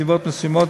ובנסיבות מסוימות,